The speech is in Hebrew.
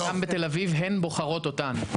גם בתל אביב הן בוחרות אותנו.